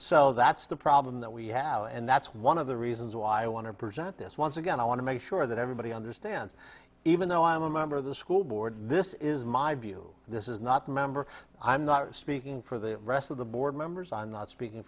so that's the problem that we have and that's one of the reasons why i want to present this once again i want to make sure that everybody understands even though i'm a member of the school board this is my view this is not a member i'm not speaking for the rest of the board members i'm not speaking